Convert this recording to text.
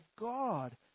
God